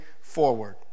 forward